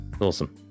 awesome